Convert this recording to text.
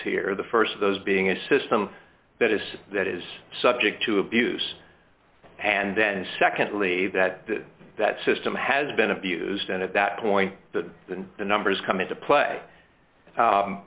here the st of those being a system that is that is subject to abuse and secondly that that system has been abused and at that point the then the numbers come into play